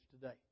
today